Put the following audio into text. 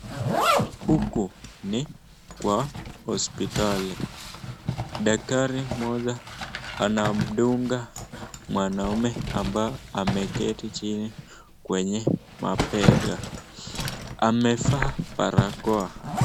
Huku ni kwa hospitali daktari mmoja anamdunga mwanaume ambaye ameketi chini kwenye mabega amevaa barakoa.